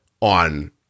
on